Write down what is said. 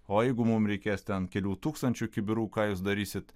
o jeigu mum reikės ten kelių tūkstančių kibirų ką jūs darysit